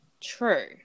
True